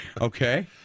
Okay